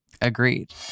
Agreed